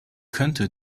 könnte